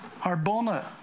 Harbona